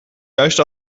juist